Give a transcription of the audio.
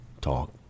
talk